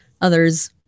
others